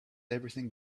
everything